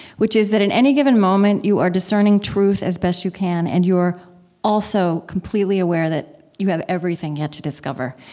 which is that in any given moment you are discerning truth as best you can and you're also completely aware that you have everything yet to discover.